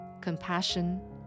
compassion